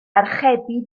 archebu